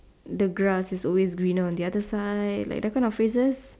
the grass is always greener on the other side like those type of phrases